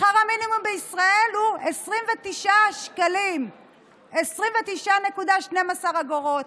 שכר המינימום בישראל הוא 29 שקלים, 29.12 שקלים.